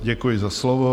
Děkuji za slovo.